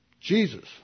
Jesus